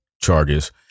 charges